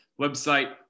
website